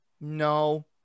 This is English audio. No